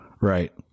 Right